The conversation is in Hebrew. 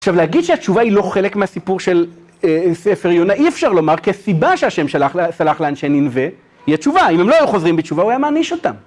עכשיו להגיד שהתשובה היא לא חלק מהסיפור של ספר יונה, אי אפשר לומר, כי הסיבה שהשם שלח לאנשי נינווה היא התשובה, אם הם לא היו חוזרים בתשובה הוא היה מעניש אותם